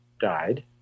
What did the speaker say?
died